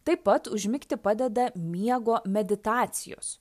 taip pat užmigti padeda miego meditacijos